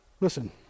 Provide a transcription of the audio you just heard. Listen